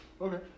Okay